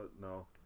No